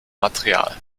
material